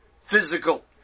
physical